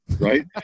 right